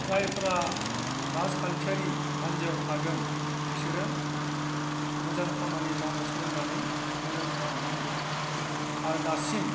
जायफ्रा राजखान्थियारि हान्जायाव थागोन बिसोरो मोजां खामानि मावनो सोलोंनानै मोजां मावलानांगौ आरो दासिम